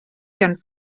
gan